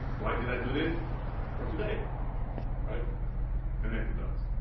why did i do this for today right connect the dots